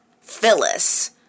Phyllis